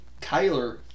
Kyler